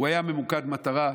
הוא היה ממוקד מטרה.